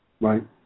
Right